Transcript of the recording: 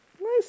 Nice